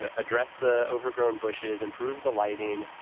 ah address the overgrown bushes, improve the lighting,